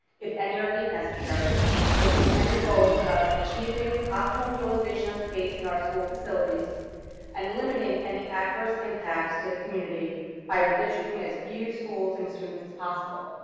if any are deemed necessary with the intended goals of achieving optimal utilization of space in our school facilities and limiting any adverse impacts to the community by redistricting has few schools and students as possible